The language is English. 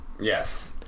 Yes